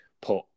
put